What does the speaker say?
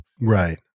Right